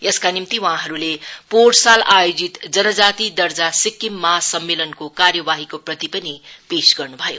यसका निम्ति वहाँले पोहोर साल आयोजित जनजाति दर्जा सिक्किम महासम्मेलनको कार्यवाहीको प्रति पनि पेश गर्नुभयो